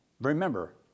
remember